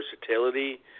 versatility